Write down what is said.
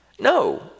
No